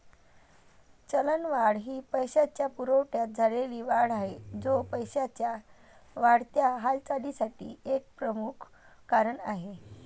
चलनवाढ ही पैशाच्या पुरवठ्यात झालेली वाढ आहे, जो पैशाच्या वाढत्या हालचालीसाठी एक प्रमुख कारण आहे